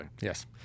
Yes